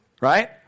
right